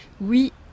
Oui